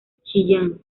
chillán